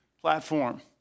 platform